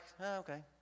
okay